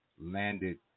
landed